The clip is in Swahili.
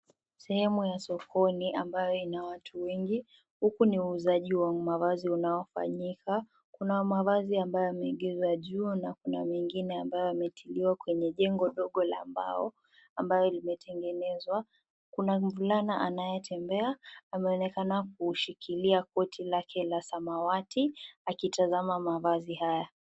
Sehemu ya sokoni ambayo ina watu wengi huku ni uuzaji wa mavazi unaofanyika, kuna mavazi ambayo yameegezwa juu na kuna mingine ambayo yametiliwa kwenye jengo ndogo la mbao ambayo imetengezwa. Kuna mvulana anayetembea anaonekana kushikilia koti lake la samawati akitazama mavazi haya.